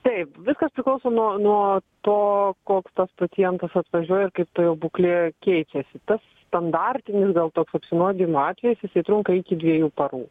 taip viskas priklauso nuo nuo to koks tas pacientas atvažiuoja ir kaip ta jo būklė keičiasi tas standartinis gal toks apsinuodijimo atvejis jisai trunka iki dviejų parų